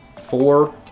four